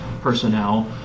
personnel